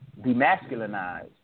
demasculinized